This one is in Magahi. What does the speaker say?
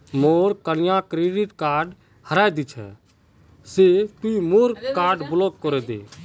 मोर कन्या क्रेडिट कार्ड हरें दिया छे से तुई मोर कार्ड ब्लॉक करे दे